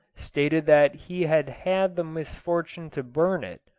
stated that he had had the misfortune to burn it.